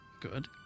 Good